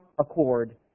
accord